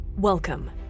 Welcome